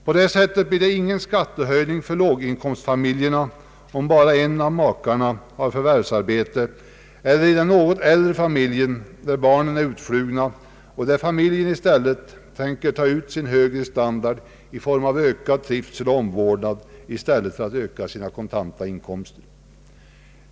På det sättet blir det ingen skattehöjning för låginkomstfamiljerna, om bara en av makarna har förvärvsarbete. Det blir inte heller någon skattehöjning i den något äldre familjen, där barnen är utflugna och makarna tänker ta ut sin högre standard i form av ökad trivsel och omvårdnad i stället för att öka sina kontanta inkomster.